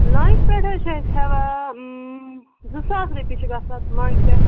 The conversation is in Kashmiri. لانٛکہِ پٮ۪ٹھ حظ چھِ أسۍ ہٮ۪وان زٕ ساس رۄپیہِ چھِ گژھان اَتھ لانٛکہِ پٮ۪ٹھ